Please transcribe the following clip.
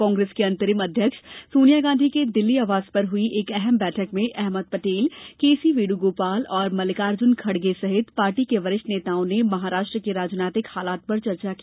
कांग्रेस के अंतरिम अध्यक्ष सोनिया गांधी के दिल्ली आवास पर हुई एक अहम बैठक में अहमद पर्टेल के सी वेणुगोपाल और मल्लिकार्जुन खडगे सहित पार्टी के वरिष्ठ नेताओं ने महाराष्ट्र के राजनैतिक हालात पर चर्चा की